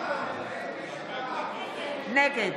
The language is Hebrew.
נגד